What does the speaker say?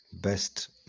best